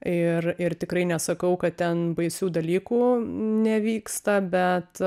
ir ir tikrai nesakau kad ten baisių dalykų nevyksta bet